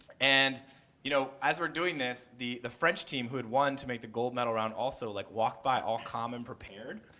and you know, as we're doing this the the french team who had won to make the gold medal round also like walked by all calm and prepared.